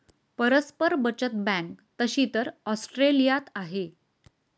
परस्पर बचत बँक तशी तर ऑस्ट्रेलियात आहे